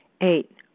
Eight